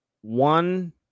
One